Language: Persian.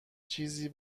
چیزی